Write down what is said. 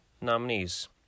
nominees